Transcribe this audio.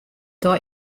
dei